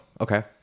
okay